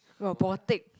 robotic